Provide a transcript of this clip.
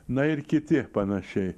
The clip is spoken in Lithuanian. na ir kiti panašiai